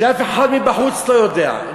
שאף אחד מבחוץ לא יודע אותו,